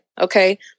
Okay